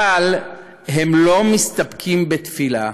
אבל הם לא מסתפקים בתפילה,